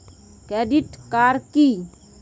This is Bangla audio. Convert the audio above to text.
ক্রেডিট কার্ড কি?